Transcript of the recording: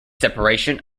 separation